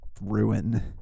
ruin